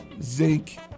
zinc